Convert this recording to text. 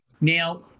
now